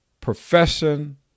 profession